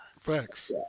Facts